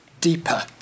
deeper